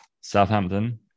Southampton